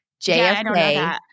JFK